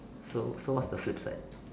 so so what's the flip side